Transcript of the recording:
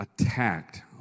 attacked